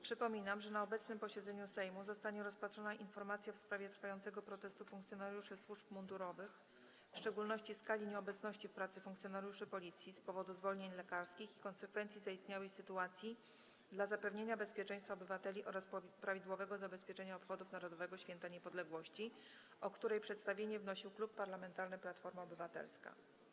Przypominam, że na obecnym posiedzeniu Sejmu zostanie rozpatrzona informacja w sprawie trwającego protestu funkcjonariuszy służb mundurowych, w szczególności skali nieobecności w pracy funkcjonariuszy Policji z powodu zwolnień lekarskich i konsekwencji zaistniałej sytuacji dla zapewnienia bezpieczeństwa obywateli oraz prawidłowego zabezpieczenia obchodów Narodowego Święta Niepodległości, o której przedstawienie wnosił Klub Parlamentarny Platforma Obywatelska.